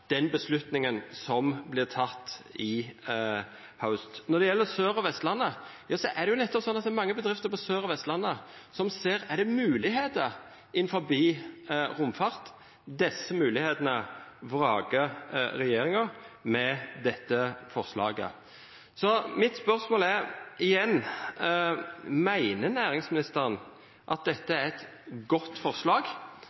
den avgjerda som vert teken i haust, vil jo ha verknad for mange år framover. Når det gjeld Sør- og Vestlandet, er det nettopp slik at mange bedrifter der ser at det er moglegheiter innanfor romfart – desse moglegheitene vrakar regjeringa med dette forslaget. Mitt spørsmål er igjen: Meiner næringsministeren at dette